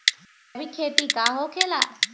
जैविक खेती का होखे ला?